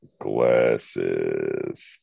Glasses